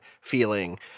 feeling